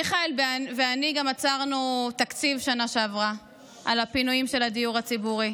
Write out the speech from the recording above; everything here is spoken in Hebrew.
מיכאל ואני גם עצרנו תקציב בשנה שעברה על הפינויים של הדיור הציבורי,